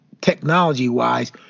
technology-wise